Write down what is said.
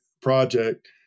project